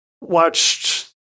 Watched